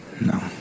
no